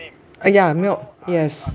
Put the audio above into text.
ah ya milk yes